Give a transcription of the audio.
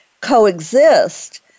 coexist